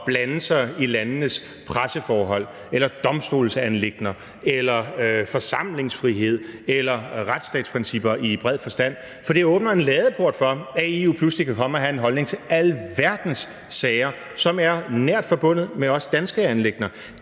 blande sig i landenes presseforhold eller domstolsanliggender eller forsamlingsfrihed eller retsstatsprincipper i bred forstand, for det åbner en ladeport for, at EU pludselig kan komme og have en holdning til alverdens sager, som er nært forbundet med også danske anliggender.